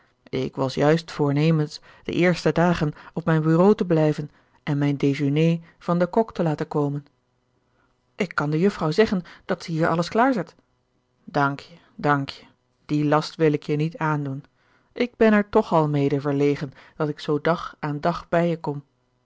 ik was juist voornemens de eerste dagen op mijn bureau te blijven en mijn dejeuné van den kok te laten komen ik kan de jufvrouw zeggen dat zij hier alles klaar zet dank-je dank-je dien last wil ik je niet aandoen ik ben er toch al mede verlegen dat ik zoo dag aan dag bij je kom